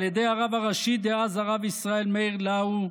על ידי הרב הראשי דאז, הרב ישראל מאיר לאו,